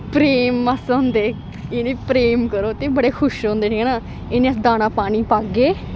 प्रेम आस्तै होंदे इनें प्रेम करो ते बड़े खुश होंदे न इनें अस दाना पानी पाग्गे